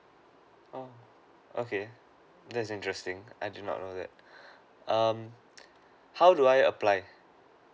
oh okay that's interesting I do not know that um how do I apply